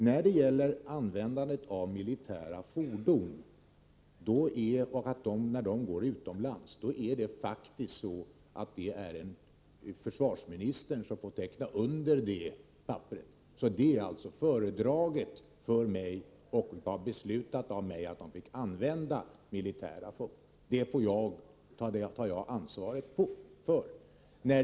När det gäller användandet av militära fordon utomlands får faktiskt försvarsministern underteckna tillstånd. Ärendet är alltså föredraget för mig, och det var beslutat av mig att man fick använda militära fordon. Det tar jag ansvaret för.